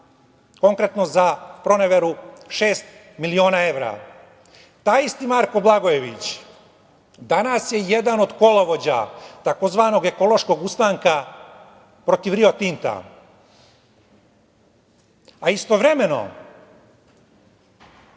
konkretno za proneveru šest miliona evra. Taj isti Marko Blagojević danas je jedan od kolovođa tzv. ekološkog ustanka protiv „Rio Tinta“, a istovremeno,